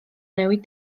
newid